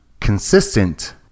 consistent